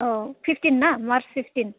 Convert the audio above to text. अ sixteen ना March sixteen